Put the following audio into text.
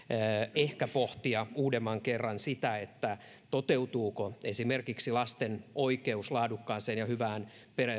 ehkä pohtia uudemman kerran sitä toteutuuko esimerkiksi lasten oikeus laadukkaaseen ja hyvään